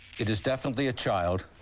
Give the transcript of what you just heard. it is definitely a child.